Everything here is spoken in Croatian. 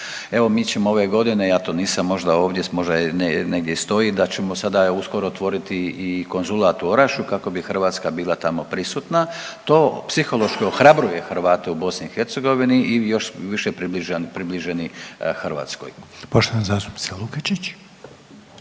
Evo mi ćemo ove godine, ja to nisam možda ovdje možda negdje i stoji da ćemo sada uskoro otvoriti i konzulat u Orašju kako bi Hrvatska tamo bila prisutna, to psihološki ohrabruje Hrvate u BiH i još više približeni Hrvatskoj. **Reiner, Željko